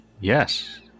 yes